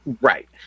right